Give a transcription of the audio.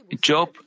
Job